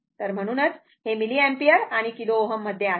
तर म्हणूनच ते मिलिअम्पियर आणि किलो Ω आहे